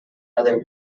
other